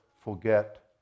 forget